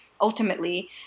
ultimately